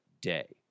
day